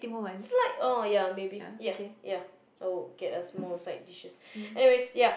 it's like oh ya maybe ya ya oh okay that's more side dishes anyways ya